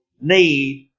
need